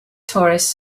tourists